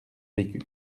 vécu